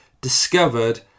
discovered